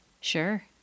Sure